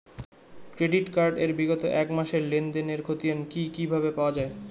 Credit card এর বিগত এক মাসের লেনদেন এর ক্ষতিয়ান কি কিভাবে পাব?